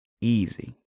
easy